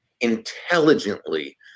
intelligently